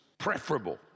preferable